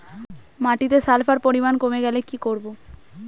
মাটিতে সালফার পরিমাণ কমে গেলে কি করব?